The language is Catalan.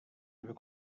haver